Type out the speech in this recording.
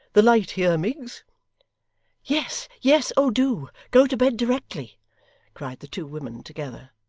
the light here, miggs yes yes, oh do! go to bed directly cried the two women together.